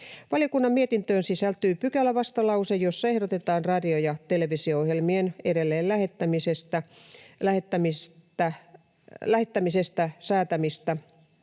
Valiokunnan mietintöön sisältyy pykälävastalause, jossa ehdotetaan radio- ja televisio-ohjelmien edelleen lähettämisestä säätämistä